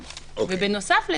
בנוסף,